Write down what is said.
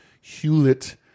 Hewlett